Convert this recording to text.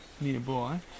nearby